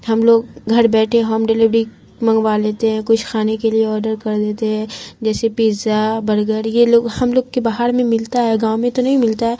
ہم لوگ گھر بیٹھے ہوم ڈلیوڑی منگوا لیتے ہیں کچھ کھانے کے لیے آڈر کر دیتے ہیں جیسے پیزا برگر یہ لوگ ہم لوگ کے باہر میں ملتا ہے گاؤں میں تو نہیں ملتا ہے